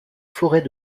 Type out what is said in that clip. forêt